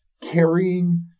carrying